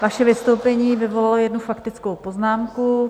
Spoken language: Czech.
Vaše vystoupení vyvolalo jednu faktickou poznámku.